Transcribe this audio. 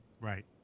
Right